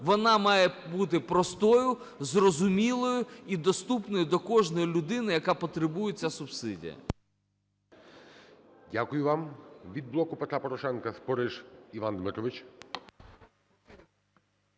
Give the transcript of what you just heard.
вона має бути простою, зрозумілою і доступною для кожної людини, яка потребує цю субсидію. ГОЛОВУЮЧИЙ. Дякую вам. Від "Блоку Петра Порошенка" Спориш Іван Дмитрович.